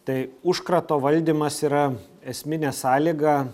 tai užkrato valdymas yra esminė sąlyga